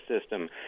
system